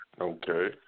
Okay